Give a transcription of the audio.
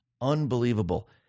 Unbelievable